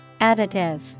Additive